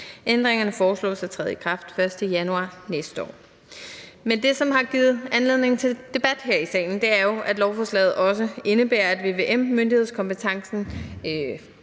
Ændringerne foreslås at træde i kraft den 1. januar næste år. Men det, som har givet anledning til debat her i salen, er jo, at lovforslaget også indebærer, at vvm-myndighedskompetencen